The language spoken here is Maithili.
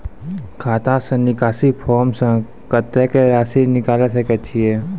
खाता से निकासी फॉर्म से कत्तेक रासि निकाल सकै छिये?